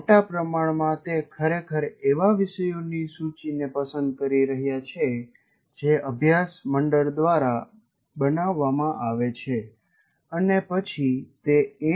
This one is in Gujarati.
મોટા પ્રમાણમાં તે ખરેખર એવા વિષયોની સૂચિને પસંદ કરી રહ્યા છે જે અભ્યાસ મંડળ દ્વારા બનાવામાં આવે છે અને પછી તે એન